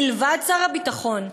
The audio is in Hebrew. מלבד שר הביטחון,